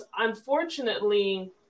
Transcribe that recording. unfortunately